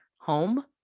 home